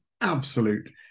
absolute